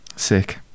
sick